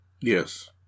Yes